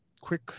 quick